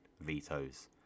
vetoes